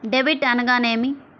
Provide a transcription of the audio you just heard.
Debit అనగానేమి?